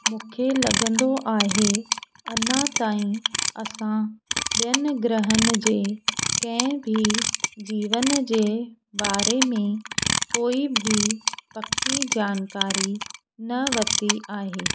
मुखे लॻंदो आहे अञा ताईं असां ॿियनि ग्रहन जे कंहिं बि जीवन जे बारे में कोई बि पकी जानकारी न वरिती आहे